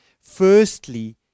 firstly